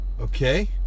okay